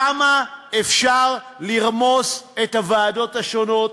כמה אפשר לרמוס את הוועדות השונות?